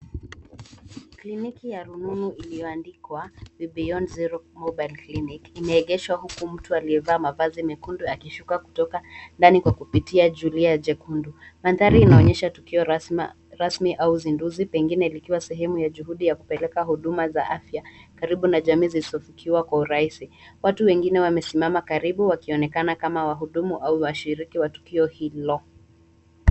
Kliniki ya rununu iliyoandikwa BEYOND ZERO MOBILE CLINIC, imeegeshwa huku mtu aliyevaa mavazi mekundu akishuka kutoka ndani kwa kupitia zulia jekundu. Mandhari inaonyesha tukio rasmi au uzinduzi pengine likiwa sehemu ya juhudi ya kupeleka huduma za afya karibu na jamii zisizofikiwa kwa urahisi. Watu wengine wamesimama karibu wakionekana kama wahudumu au washiriki wa tukio hilo.